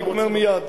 אני גומר מייד.